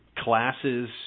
classes